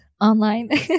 online